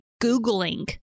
googling